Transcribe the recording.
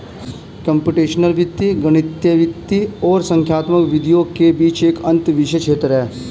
computational वित्त गणितीय वित्त और संख्यात्मक विधियों के बीच एक अंतःविषय क्षेत्र है